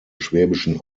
schwäbischen